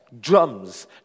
drums